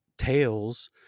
Tales